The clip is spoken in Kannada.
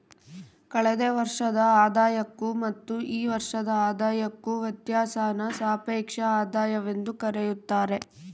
ಕಳೆದ ವರ್ಷದ ಆದಾಯಕ್ಕೂ ಮತ್ತು ಈ ವರ್ಷದ ಆದಾಯಕ್ಕೂ ವ್ಯತ್ಯಾಸಾನ ಸಾಪೇಕ್ಷ ಆದಾಯವೆಂದು ಕರೆಯುತ್ತಾರೆ